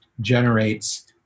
generates